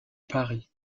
paris